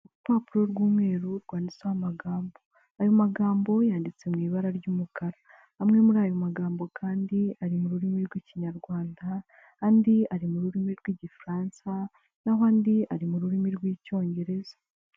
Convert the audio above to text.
Urupapuro rw'umweru rwanditseho amagambo. Ayo magambo yanditse mu ibara ry'umukara, amwe muri ayo magambo kandi ari mu rurimi rw'ikinyarwanda, andi ari mu rurimi rw'igifaransa, naho andi ari mu rurimi rw'icyongereza.